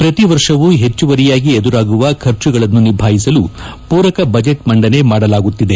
ಪ್ರತಿವರ್ಷವೂ ಹೆಚ್ಚುವರಿಯಾಗಿ ಎದುರಾಗುವ ಖರ್ಚುಗಳನ್ನು ನಿಭಾಯಿಸಲು ಪೂರಕ ಬಜೆಟ್ ಮಂಡನೆ ಮಾಡಲಾಗುತ್ತಿದೆ